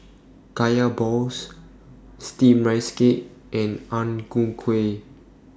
Kaya Balls Steamed Rice Cake and Ang Ku Kueh